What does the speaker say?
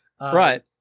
Right